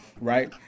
right